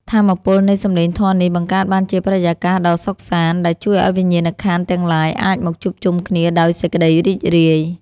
ថាមពលនៃសម្លេងធម៌នេះបង្កើតបានជាបរិយាកាសដ៏សុខសាន្ត ដែលជួយឱ្យវិញ្ញាណក្ខន្ធទាំងឡាយអាចមកជួបជុំគ្នាដោយសេចក្ដីរីករាយ។